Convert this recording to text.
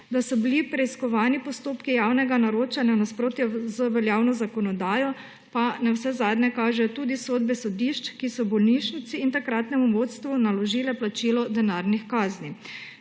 Da so bili preiskovalni postopki javnega naročanja v nasprotju z veljavno zakonodajo, pa navsezadnje kažejo tudi sodbe sodišč, ki so bolnišnici in takratnemu vodstvu naložile plačilo denarnih kazni.